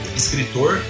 escritor